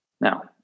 Now